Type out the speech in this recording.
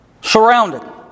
Surrounded